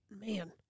man